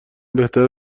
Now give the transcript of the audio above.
بهتره